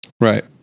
Right